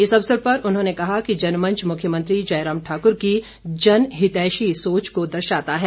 इस अवसर पर उन्होंने कहा कि जनमंच मुख्यमंत्री जयराम ठाकुर की जनहितैषी सोच को दर्शाता है